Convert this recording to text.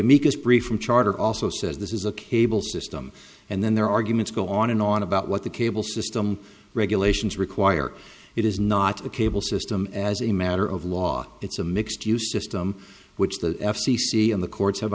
amicus brief from charter also says this is a cable system and then their arguments go on and on about what the cable system regulations require it is not a cable system as a matter of law it's a mixed use system which the f c c and the courts have